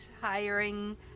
hiring